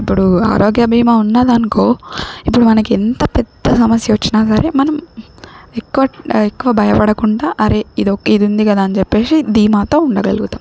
ఇప్పుడు ఆరోగ్య బీమా ఉన్నాదనుకో ఇప్పుడు మనకి ఎంత పెద్ద సమస్య వచ్చినా కానీ మనం ఎక్కువ ఎక్కువ భయపడకుండా అరే ఇదో ఇది ఉంది కదా అని చెప్పేసి ధీమాతో ఉండగలుగుతాం